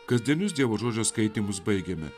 kasdienius dievo žodžio skaitymus baigėme